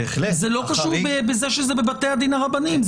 זה לא קשור בזה שזה בבתי הדין הרבניים.